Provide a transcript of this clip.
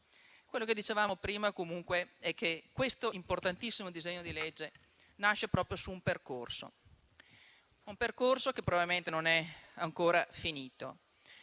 Quello che dicevamo prima, comunque, è che questo importantissimo disegno di legge nasce proprio su un percorso che probabilmente non è ancora finito.